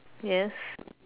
yes